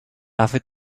offered